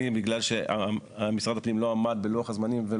החוק לא מאפשר את זה, החוק